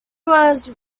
was